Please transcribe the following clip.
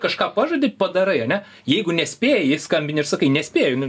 kažką pažadi padarai ane jeigu nespėji skambini ir sakai nespėju